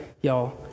y'all